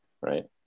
right